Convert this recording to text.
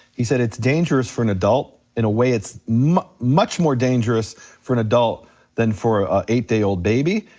he said, it's dangerous for an adult in a way it's much more dangerous for an adult than for a eight day old baby,